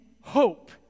hope